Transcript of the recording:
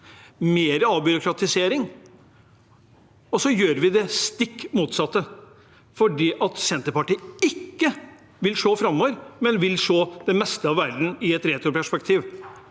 mer avbyråkratisering, at vi gjør det stikk motsatte – fordi Senterpartiet ikke vil se framover, men vil se det meste av verden i retroperspektiv.